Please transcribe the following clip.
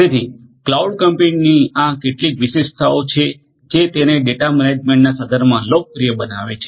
તેથી ક્લાઉડ કમ્પ્યુટિંગની આ કેટલીક વિશિષ્ટતાઓ છે જે તેને ડેટા મેનેજમેન્ટ ના સંદર્ભમાં લોકપ્રિય બનાવે છે